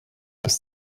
bis